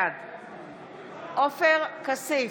בעד עופר כסיף,